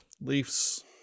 leafs